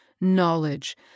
Knowledge